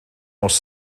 nos